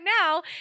now